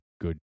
good